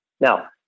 Now